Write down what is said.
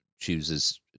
chooses